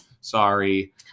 sorry